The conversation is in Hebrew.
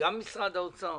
וגם ממשרד האוצר